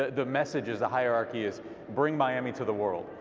the the message as the hierarchy is bring miami to the world,